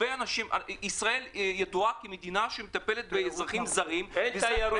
ישראל ידועה כמדינה שמטפלת באזרחים זרים.